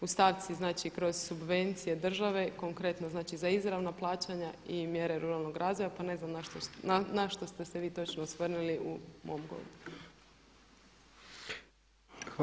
U stavci znači kroz subvencije države, konkretno znači za izravna plaćanja i mjere ruralnog razvoja pa ne znam na što ste se vi točno osvrnuli u mom govoru.